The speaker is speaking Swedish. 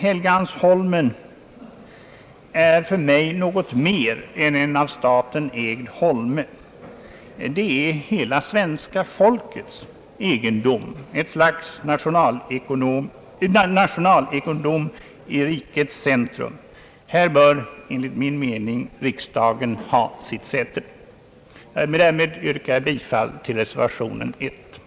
Helgeandsholmen är för mig något mer än en av staten ägd holme — det är hela svenska folkets egendom, ett slags nationalegendom i rikets centrum. Här bör enligt min mening riksdagen ha sitt säte. Jag yrkar härmed bifall till den med 1 betecknade reservationen.